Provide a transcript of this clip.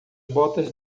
botas